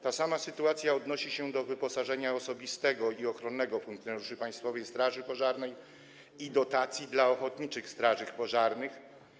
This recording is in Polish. To samo odnosi się do wyposażenia osobistego i ochronnego funkcjonariuszy Państwowej Straży Pożarnej i dotacji dla ochotniczych straży pożarnych.